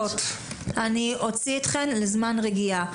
אוציא אתכן לזמן רגיעה.